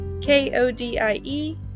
K-O-D-I-E